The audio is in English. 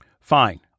Fine